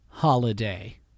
Holiday